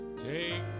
Take